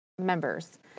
members